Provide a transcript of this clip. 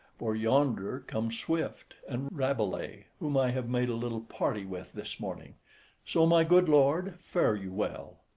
for yonder come swift and rabelais, whom i have made a little party with this morning so, my good lord, fare you well.